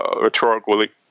rhetorically